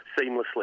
seamlessly